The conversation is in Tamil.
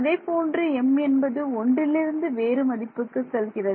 அதேபோன்று m என்பது ஒன்றிலிருந்து வேறு மதிப்புக்கு செல்கிறது